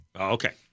Okay